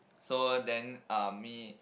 so then uh me